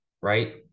Right